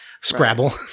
Scrabble